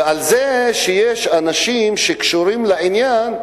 וגם על זה שיש אנשים שקשורים לעניין,